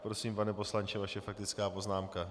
Prosím, pane poslanče, vaše faktická poznámka.